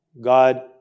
God